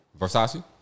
Versace